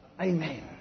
Amen